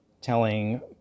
telling